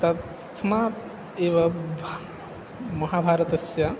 तस्मात् एव भ महाभारतस्य